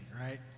right